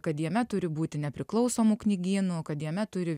kad jame turi būti nepriklausomų knygynų kad jame turi